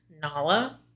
Nala